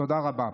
תודה רבה.